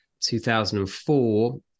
2004